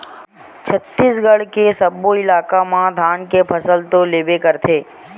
छत्तीसगढ़ राज के सब्बो इलाका म धान के फसल तो लेबे करथे